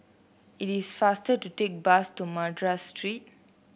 it is faster to take the bus to Madras Street